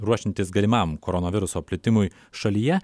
ruošiantis galimam koronaviruso plitimui šalyje